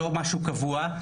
לא משהו קבוע,